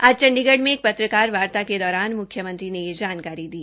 आज चंडीगढ़ में एक पत्रकार वार्ता के दौरान म्ख्यमंत्री ने यह जानकारी दी